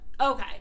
Okay